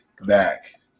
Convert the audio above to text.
back